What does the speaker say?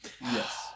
Yes